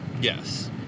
Yes